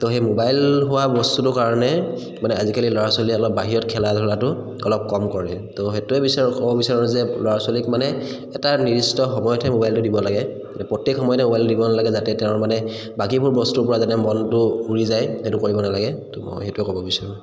তো সেই মোবাইল হোৱা বস্তুটো কাৰণে মানে আজিকালি ল'ৰা ছোৱালীয়ে অলপ বাহিৰত খেলা ধূলাটো অলপ কম কৰে ত' সেইটোৱে বিচাৰো ক'ব বিচাৰোঁ যে ল'ৰা ছোৱালীক মানে এটা নিৰ্দিষ্ট সময়তহে মোবাইলটো দিব লাগে প্ৰত্যেক সময়তে মোবাইলটো দিব নালাগে যাতে তেওঁৰ মানে বাকীবোৰ বস্তুৰ পৰা যাতে মনটো উৰি যায় সেইটো কৰিব নালাগে ত' মই সেইটোৱে ক'ব বিচাৰোঁ